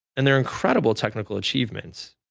and their incredible technical achievements.